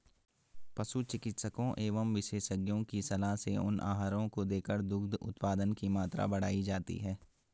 पशु चिकित्सकों एवं विशेषज्ञों की सलाह से उन आहारों को देकर दुग्ध उत्पादन की मात्रा बढ़ाई जाती है